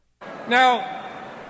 Now